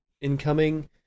incoming